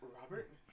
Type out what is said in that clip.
Robert